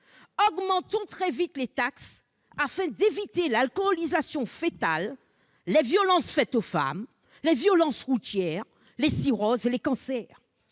d'augmenter très vite les taxes pour éviter l'alcoolisation foetale, les violences faites aux femmes, les violences routières, les cirrhoses, les cancers